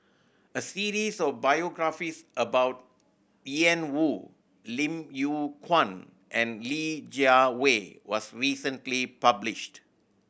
a series of biographies about Ian Woo Lim Yew Kuan and Li Jiawei was recently published